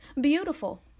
beautiful